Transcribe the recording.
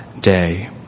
day